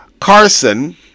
Carson